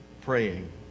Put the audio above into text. praying